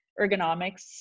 ergonomics